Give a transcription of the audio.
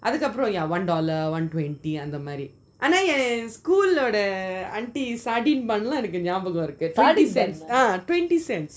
அதுக்கு அப்புறம்:athuku apram yeah one dollar one twenty ஆனா ஏன்:aana yean school ஓட:ooda aunty sardine bun என்னக்கு நியாபகம் இருக்கு:ennaku neyabagam iruku ah twenty cents